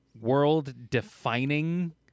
world-defining